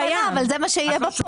זו לא הכוונה, אבל זה מה שיהיה בפועל.